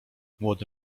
młody